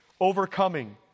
overcoming